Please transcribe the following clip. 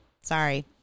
Sorry